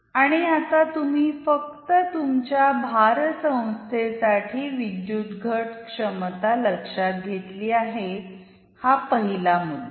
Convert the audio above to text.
आणि आता तुम्ही फक्त तुमच्या भारसंस्थेसाठी विद्युत घट क्षमता लक्षात घेतली आहे हा पहिला मुद्दा